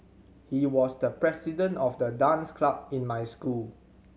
he was the president of the dance club in my school